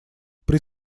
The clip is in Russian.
при